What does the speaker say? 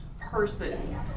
person